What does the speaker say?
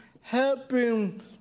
helping